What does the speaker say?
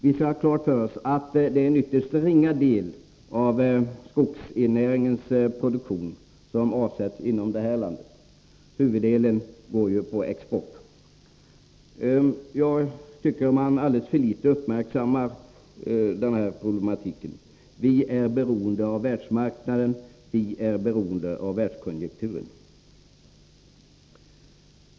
Vi skall ha klart för oss att det är en ytterst ringa del av skogsnäringens produktion som avsätts inom det här landet. Huvuddelen går ju på export. Jag tycker man alldeles för litet uppmärksammar den här problematiken. Vi är ju beroende av världsmarknaden, och vi är beroende av världskonjunturen.